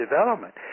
development